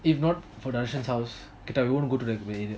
if not for dashain's house கேட்ட:keata I will not go to that area